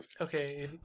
okay